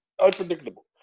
unpredictable